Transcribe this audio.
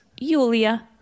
Yulia